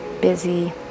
busy